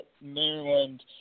Maryland